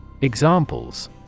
Examples